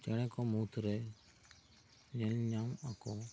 ᱪᱮᱬᱮ ᱠᱚ ᱢᱩᱫᱽ ᱨᱮ ᱧᱮᱞ ᱧᱟᱢ ᱟᱠᱚ